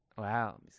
wow